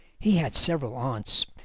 he had several aunts,